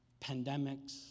pandemics